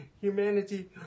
humanity